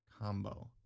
combo